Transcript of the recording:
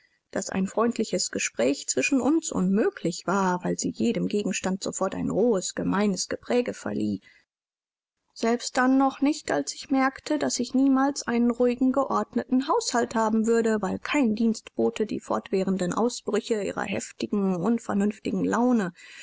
daß ein freundliches gespräch zwischen uns unmöglich war weil sie jedem gegenstand sofort ein rohes gemeines gepräge verlieh selbst dann noch nicht als ich merkte daß ich niemals einen ruhigen geordneten haushalt haben würde weil kein dienstbote die fortwährenden ausbrüche ihrer heftigen unvernünftigen laune